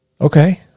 Okay